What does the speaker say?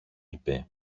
είπε